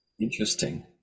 Interesting